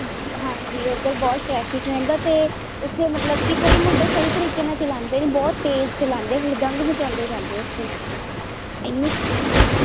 ਹਾਂਜੀ ਉਧਰ ਬਹੁਤ ਟਰੈਫਿਕ ਰਹਿੰਦਾ ਤੇ ਉੱਥੇ ਮਤਲਬ ਕਿ ਕਈ ਮੁੰਡੇ ਸਹੀ ਤਰੀਕੇ ਨਾਲ ਚਲਾਉਂਦੇ ਹੁਦੰਗ ਮਚਾਉੰਦੇ ਜਾਂਦੇ ਉੱਥੇ ਐਨੀ